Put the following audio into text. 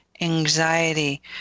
anxiety